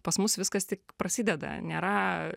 pas mus viskas tik prasideda nėra